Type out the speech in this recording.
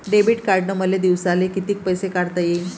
Debit कार्डनं मले दिवसाले कितीक पैसे काढता येईन?